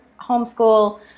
homeschool